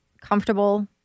comfortable